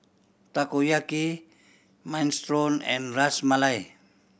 Takoyaki Minestrone and Ras Malai